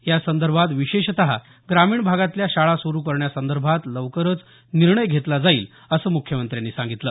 यासंदर्भात विशेषत ग्रामीण भागातल्या शाळा सुरु करण्यासंदर्भात लवकरच निर्णय घेतला जाईल असं मुख्यमंत्र्यांनी सांगितलं